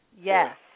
Yes